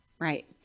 right